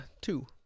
two